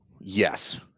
yes